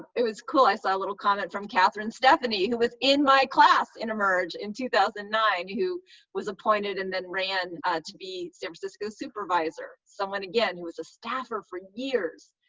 it was cool. i saw a little comment from catherine stephanie, who was in my class in emerge in two thousand and nine, who was appointed and then ran to be san francisco supervisor, someone, again, who was a staffer for years.